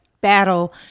battle